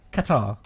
Qatar